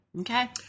okay